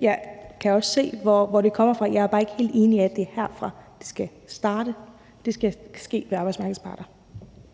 Jeg kan godt se, hvor det kommer fra, men jeg er bare ikke helt enig i, at det er herfra, det skal starte. Det skal ske ved arbejdsmarkedets parter.